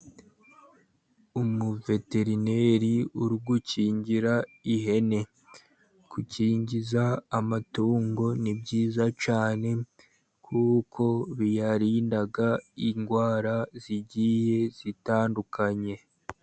Umuveterineri uri gukingira ihene. Gukingiza amatungo ni byiza cyane, kuko biyarinda indwara zigiye zitandukanye.